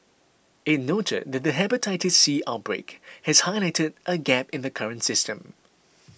it noted that the Hepatitis C outbreak has highlighted a gap in the current system